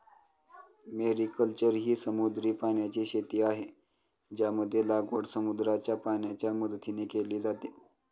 mariculture ही समुद्री पाण्याची शेती आहे, ज्यामध्ये लागवड समुद्राच्या पाण्याच्या मदतीने केली जाते